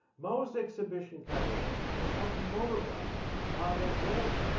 most exhibition catalogues and often monographs are that way.